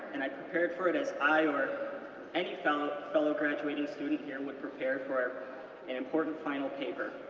and i prepared for it as i or any fellow fellow graduating student here would prepare for an important final paper.